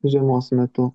žiemos metu